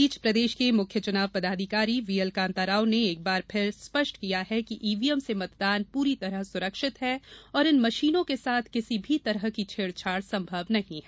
इस बीच प्रदेश के मुख्य चुनाव पदाधिकारी वी एल कान्ताराव ने एक बार फिर स्पष्ट किया है कि ईवीएम से मतदान पूरी तरह सुरक्षित है और इन मशीनों के साथ किसी भी तरह की छेड़छाड़ संभव नहीं है